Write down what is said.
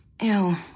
Ew